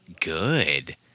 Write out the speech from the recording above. good